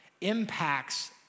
impacts